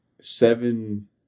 seven